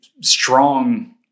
strong